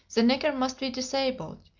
the nigger must be disabled,